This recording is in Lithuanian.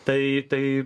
tai tai